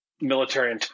military